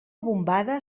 bombada